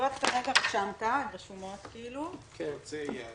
הישיבה ננעלה בשעה 14:00.